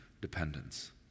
dependence